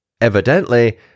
Evidently